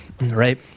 Right